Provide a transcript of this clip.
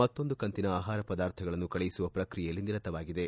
ಮತ್ತೊಂದು ಕಂತಿನ ಆಹಾರ ಪದಾರ್ಥಗಳನ್ನು ಕಳುಹಿಸುವ ಪ್ರಕ್ರಿಯೆಯಲ್ಲಿ ನಿರತವಾಗಿದೆ